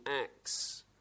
acts